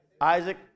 Isaac